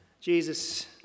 Jesus